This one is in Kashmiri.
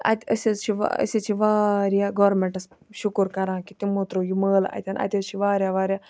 اَتہِ أسۍ حظ چھِ وا أسۍ حظ چھِ واریاہ گورمنٹَس شُکُر کَران کہِ تِمو تروو یہِ مٲلہِ اَتیٚن اَتہِ حظ چھِ واریاہ واریاہ